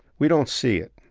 we don't see it,